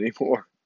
anymore